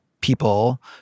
people